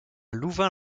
louvain